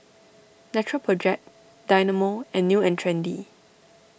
Natural Project Dynamo and New and Trendy